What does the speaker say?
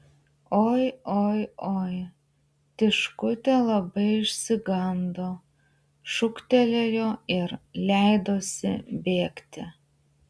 oi oi oi tiškutė labai išsigando šūktelėjo ir leidosi bėgti